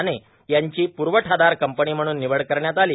ठाणे यांची पुरवठादार कंपनी म्हणून निवड करण्यात आली